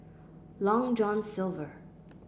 Long John Silver